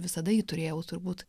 visada turėjau turbūt